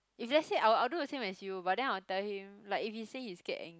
if let's say I'll I'll do the same as you but then I'll tell him like if he say he scared ang~